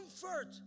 comfort